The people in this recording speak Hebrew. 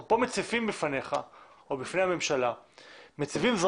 אנחנו פה מציפים בפניך או בפני הממשלה זרקור